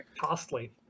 costly